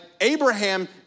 Abraham